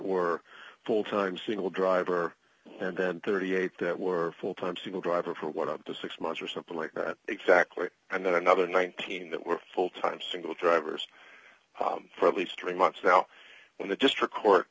were full time single driver and then thirty eight dollars that were full time single driver for one of the six months or something like that exactly and then another nineteen that were full time single drivers for at least three months now when the district court